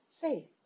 Say